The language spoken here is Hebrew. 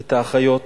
את האחיות,